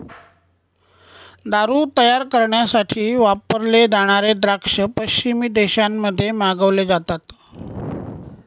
दारू तयार करण्यासाठी वापरले जाणारे द्राक्ष पश्चिमी देशांमध्ये मागवले जातात